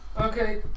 Okay